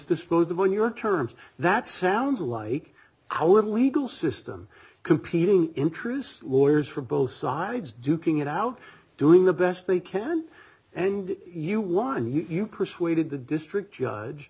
disposed of on your terms that sounds like our legal system competing interests lawyers from both sides duking it out doing the best they can and you whine you persuaded the district judge